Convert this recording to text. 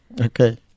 Okay